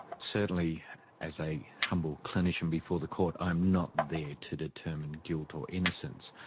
certainly as a humble clinician before the court i'm not there to determine guilt or innocence,